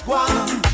one